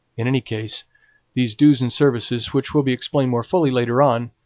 in any case these dues and services, which will be explained more fully later on,